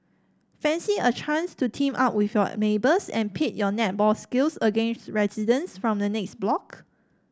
fancy a chance to team up with your neighbours and pit your netball skills against residents from the next block